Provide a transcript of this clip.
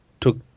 took